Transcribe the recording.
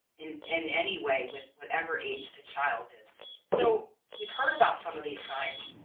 in in any way with whatever age the child is so we've heard about some of these signs.